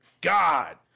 God